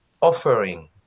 offering